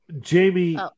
Jamie